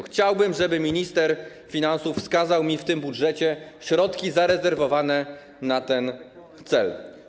Chciałbym, żeby minister finansów wskazał mi w tym budżecie środki zarezerwowane na ten cel.